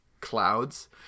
clouds